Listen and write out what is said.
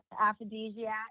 Aphrodisiac